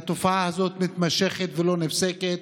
התופעה הזו מתמשכת ולא נפסקת,